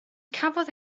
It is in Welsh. cafodd